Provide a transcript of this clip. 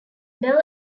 bell